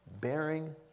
bearing